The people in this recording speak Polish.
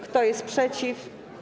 Kto jest przeciw?